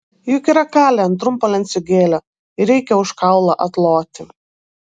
juk yra kalę ant trumpo lenciūgėlio ir reikia už kaulą atloti